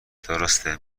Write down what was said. درسته